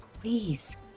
please